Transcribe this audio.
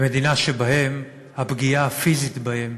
במדינה שבה הפגיעה הפיזית בהם